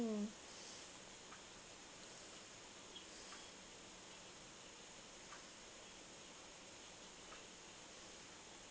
mm